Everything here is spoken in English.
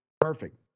Perfect